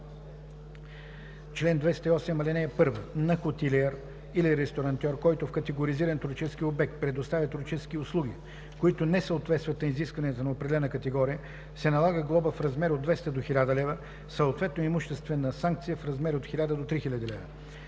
„Чл. 208. (1) На хотелиер или ресторантьор, който в категоризиран туристически обект предоставя туристически услуги, които не съответстват на изискванията за определената категория, се налага глоба в размер от 200 до 1000 лв., съответно имуществена санкция в размер от 1000 до 3000 лв.